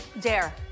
Dare